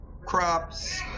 crops